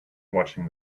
watching